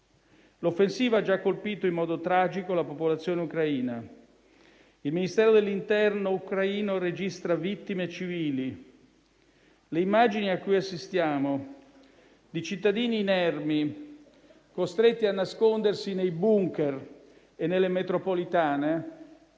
L'offensiva ha già colpito in modo tragico la popolazione ucraina: il Ministero dell'interno ucraino registra vittime civili. Le immagini a cui assistiamo, di cittadini inermi costretti a nascondersi nei *bunker* e nelle metropolitane,